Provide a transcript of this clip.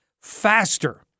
Faster